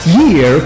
year